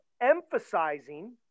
emphasizing